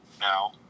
now